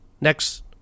Next